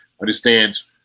understands